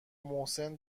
محسن